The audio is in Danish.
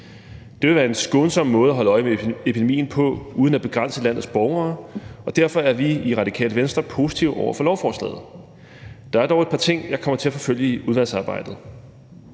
Det vil være en skånsom måde at holde øje med epidemien på uden at begrænse landets borgere, og derfor er vi i Radikale Venstre positive over for lovforslaget. Der er dog et par ting, jeg kommer til at forfølge i udvalgsarbejdet.